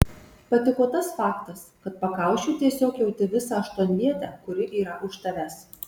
patiko tas faktas kad pakaušiu tiesiog jauti visą aštuonvietę kuri yra už tavęs